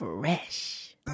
Fresh